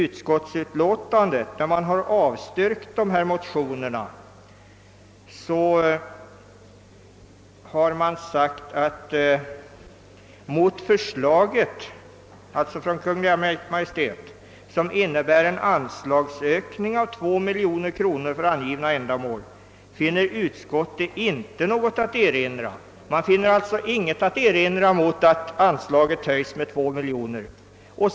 Utskottet har avstyrkt motionerna men skriver i sitt utlåtande ändå om Kungl. Maj:ts förslag följande: »Mot förslaget, som innebär en anslagsökning av 2 milj.kr. för angivna ändamål, finner utskottet inte något att erinra.« Utskottet har sålunda inte haft något att erinra mot denna höjning med 2 miljoner kronor.